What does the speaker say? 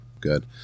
good